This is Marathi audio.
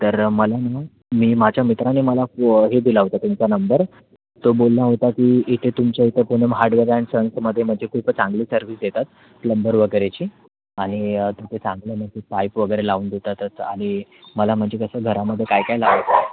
तर मला ना मी माझ्या मित्राने मला फो हे दिला होता तुमचा नंबर तो बोलला होता की इथे तुमच्या इथं कोणी महाडिक ॲंड सन्समध्ये म्हणजे खूपच चांगली सर्विस देतात प्लंबर वगैरेची आणि तुमचे चांगले म्हणजे असे पाईप वगैरे लावून देतातच आणि मला म्हणजे कसं घरामध्ये काही काही लागतं